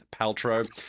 Paltrow